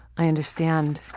i understand.